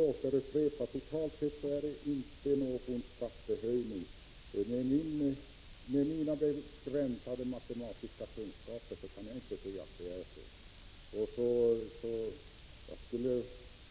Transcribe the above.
Jag vill upprepa: Med mina begränsade matematiska kunskaper kan jag inte se att det totalt sett är någon skattehöjning.